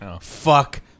Fuck